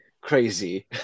crazy